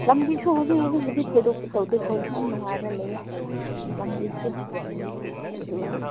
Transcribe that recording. ꯂꯝꯕꯤꯁꯨ ꯍꯧꯖꯤꯛ ꯍꯧꯖꯤꯛꯄꯨꯗꯤ ꯊꯣꯏꯗꯣꯛꯄ ꯇꯧꯗꯦ ꯍꯣꯏ ꯌꯥꯝ ꯅꯨꯡꯉꯥꯏꯔꯒ ꯂꯩꯌꯦ ꯂꯝꯕꯤꯁꯤ ꯑꯗꯨ